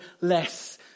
less